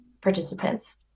participants